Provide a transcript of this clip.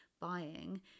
buying